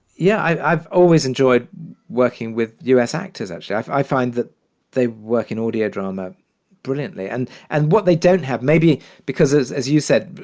yeah, i've always enjoyed working with u s. actors, actually. i find that they work in audio drama brilliantly and and what they don't have, maybe because, as as you said,